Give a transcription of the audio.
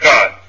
God